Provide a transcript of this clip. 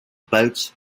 boats